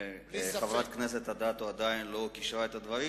אם חברת הכנסת אדטו עדיין לא קישרה את הדברים,